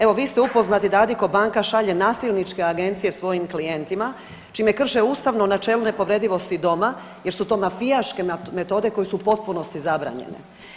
Evo vi ste upoznati da Addiko banka šalje nasilničke agencije svojim klijentima čime krše ustavno načelo nepovredivosti doma jer su to mafijaške metode koje su u potpunosti zabranjene.